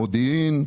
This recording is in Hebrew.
מודיעין,